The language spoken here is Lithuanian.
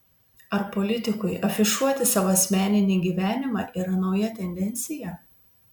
ar politikui afišuoti savo asmeninį gyvenimą yra nauja tendencija